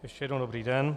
Ještě jednou dobrý den.